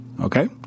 Okay